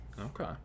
okay